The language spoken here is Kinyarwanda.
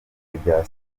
ibya